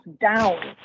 down